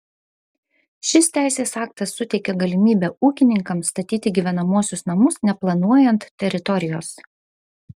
šis teisės aktas suteikia galimybę ūkininkams statyti gyvenamuosius namus neplanuojant teritorijos